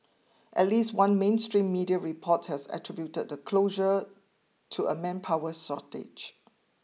at least one mainstream media report has attributed the closure to a manpower shortage